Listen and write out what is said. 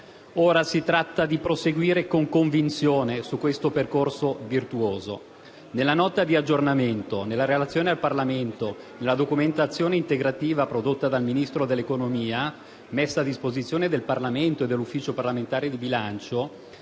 Ora si tratta di proseguire con convinzione su questo percorso virtuoso. Nella nota di aggiornamento, nella relazione al Parlamento e nella documentazione integrativa prodotta dal Ministro dell'economia messa a disposizione del parlamento e dell'UPB, il mix di interventi che